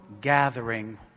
gathering